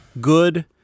good